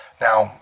Now